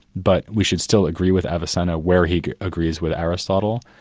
but we should still agree with avicenna where he agrees with aristotle.